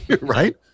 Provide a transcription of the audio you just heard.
right